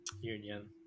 union